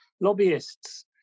lobbyists